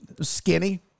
skinny